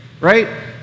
right